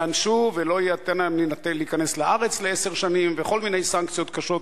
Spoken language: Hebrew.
ייענשו ולא יינתן להם להיכנס לארץ עשר שנים וכל מיני סנקציות קשות.